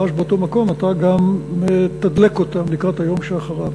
ואז באותו מקום אתה גם מתדלק לקראת היום שאחריו.